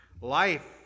life